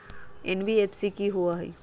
NBFC कि होअ हई?